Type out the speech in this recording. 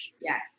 Yes